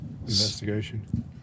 Investigation